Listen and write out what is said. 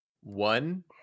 One